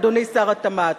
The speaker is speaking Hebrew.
אדוני שר התמ"ת.